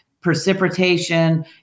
precipitation